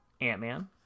ant-man